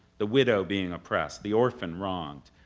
the widow being oppressed, the orphan wronged,